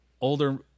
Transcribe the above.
Older